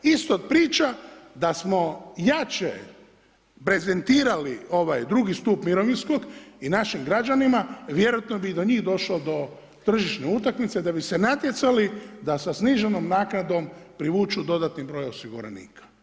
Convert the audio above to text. Isto priča, da smo jače prezentirali ovaj II. stup mirovinskog, i našim građanima, vjerojatno bi i do njih došlo do tržišne utakmice da bi se natjecali da sa sniženom naknadom privuku dodatni broj osiguranika.